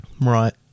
Right